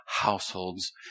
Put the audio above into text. households